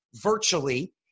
virtually